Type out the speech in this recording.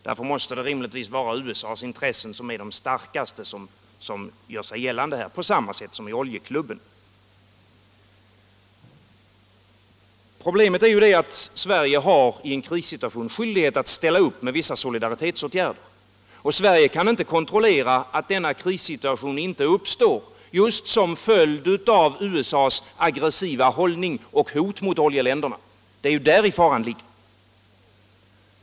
Därför måste det rimligtvis vara USA:s intressen som starkast gör sig gällande på samma sätt som i oljeklubben. Problemet är att Sverige i en krissituation har skyldighet att ställa upp med vissa solidaritetsåtgärder. Sverige kan inte kontrollera att denna krissituation inte uppstår just som följd av USA:s aggressiva hållning och hot mot oljeländerna. Det är däri faran ligger.